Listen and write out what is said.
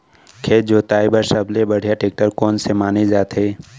खेत जोताई बर सबले बढ़िया टेकटर कोन से माने जाथे?